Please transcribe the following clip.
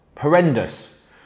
Horrendous